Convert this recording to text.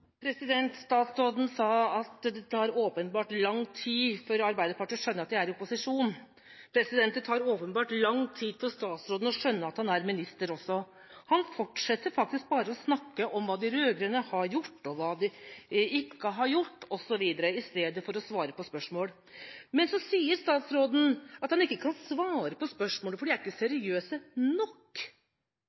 Statsråden sa at det tar åpenbart lang tid før Arbeiderpartiet skjønner at de er i opposisjon. Det tar åpenbart også lang tid for statsråden å skjønne at han er minister. Han fortsetter faktisk bare å snakke om hva de rød-grønne har gjort og hva de ikke har gjort osv., i stedet for å svare på spørsmål. Men så sier statsråden at han ikke kan svare på spørsmålene fordi de ikke er seriøse nok!